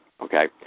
okay